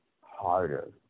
harder